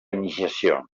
iniciació